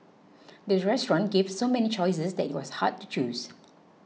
the restaurant gave so many choices that it was hard to choose